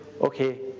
okay